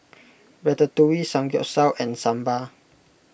Ratatouille Samgyeopsal and Sambar